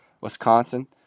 Wisconsin